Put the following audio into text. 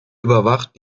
überwacht